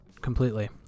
completely